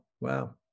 Wow